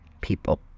people